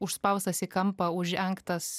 užspaustas į kampą užengtas